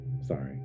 Sorry